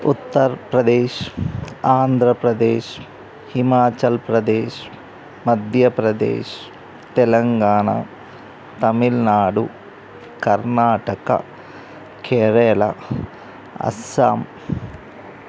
Uttar Pradesh Andhra Pradesh Himachal Pradesh Madhya Pradesh Telangana Tamil Nadu Karnataka Kerala Assam